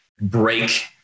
break